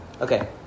okay